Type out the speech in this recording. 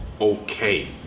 okay